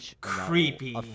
creepy